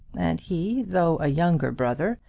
and he, though a younger brother,